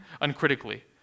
uncritically